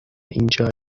اینجایی